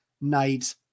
night